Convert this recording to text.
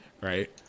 Right